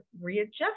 readjust